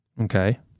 Okay